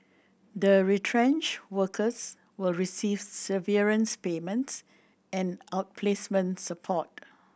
the retrenched workers will receive severance payments and outplacement support